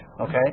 Okay